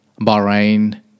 Bahrain